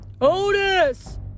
Otis